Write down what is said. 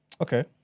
Okay